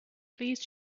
please